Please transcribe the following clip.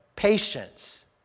patience